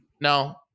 no